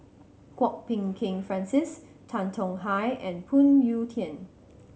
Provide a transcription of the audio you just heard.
Kwok Peng Kin Francis Tan Tong Hye and Phoon Yew Tien